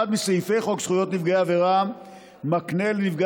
אחד מסעיפי חוק זכויות נפגעי עבירה מקנה לנפגע